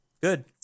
Good